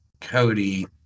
Cody